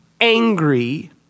angry